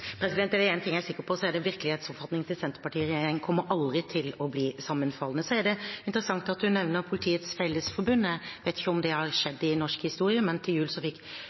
det én ting jeg er sikker på, så er det at virkelighetsoppfatningen til Senterpartiet og regjeringen aldri kommer til å bli sammenfallende. Det er interessant at representanten nevner Politiets Fellesforbund. Jeg vet ikke om det har skjedd før i norsk historie, men til jul fikk